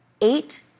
eight